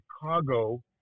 Chicago